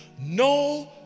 no